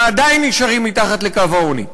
ועדיין נשארים מתחת לקו העוני,